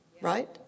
right